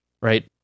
right